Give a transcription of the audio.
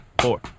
four